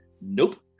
nope